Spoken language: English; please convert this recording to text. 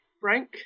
Frank